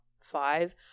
five